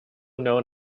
known